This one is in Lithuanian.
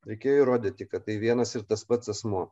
reikėjo įrodyti kad tai vienas ir tas pats asmuo